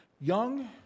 young